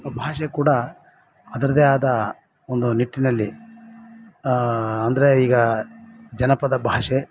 ಆ ಭಾಷೆ ಕೂಡ ಅದರದೇ ಆದ ಒಂದು ನಿಟ್ಟಿನಲ್ಲಿ ಅಂದರೆ ಈಗ ಜನಪದ ಭಾಷೆ